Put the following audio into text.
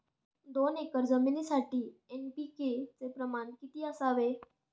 दोन एकर जमिनीसाठी एन.पी.के चे प्रमाण किती असावे?